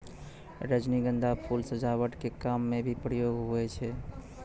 रजनीगंधा फूल सजावट के काम मे भी प्रयोग हुवै छै